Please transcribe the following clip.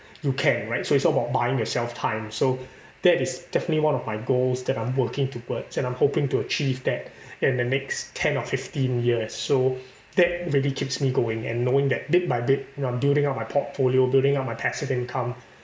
you can right so it's all about buying yourself time so that is definitely one of my goals that I'm working towards and I'm hoping to achieve that in the next ten or fifteen years so that really keeps me going and knowing that bit by bit you know I'm building up my portfolio building up my passive income